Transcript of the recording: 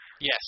Yes